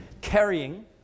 carrying